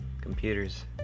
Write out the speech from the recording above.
Computers